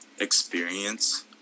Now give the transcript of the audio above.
experience